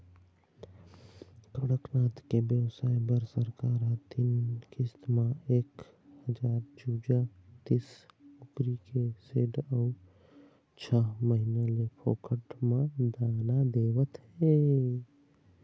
कड़कनाथ के बेवसाय बर सरकार ह तीन किस्त म एक हजार चूजा, तीस कुकरी के सेड अउ छय महीना ले फोकट म दाना देवत हे